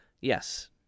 Yes